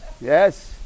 yes